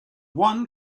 one